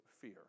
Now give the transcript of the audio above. fear